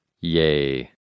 Yay